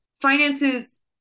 finances